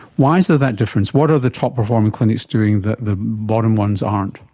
why is there that difference? what are the top performing clinics doing that the bottom ones aren't?